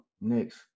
next